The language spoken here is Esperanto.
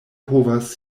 povas